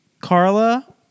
Carla